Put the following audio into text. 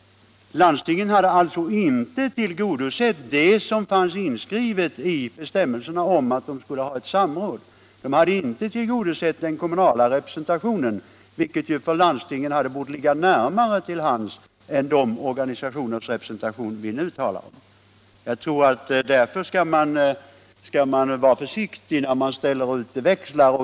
Landstingen hade alltså inte tillgodosett det som fanns inskrivet i bestämmelserna, nämligen att de skulle ha ett samråd. De hade inte tillgodosett den kommunala representationen, vilken för landstingen borde ha legat närmare till hands än de organisationers representation vi nu talar om. Därför skall man vara försiktig när man ställer ut växlar.